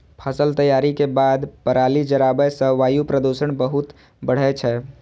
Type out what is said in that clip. फसल तैयारी के बाद पराली जराबै सं वायु प्रदूषण बहुत बढ़ै छै